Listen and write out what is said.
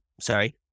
Sorry